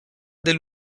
del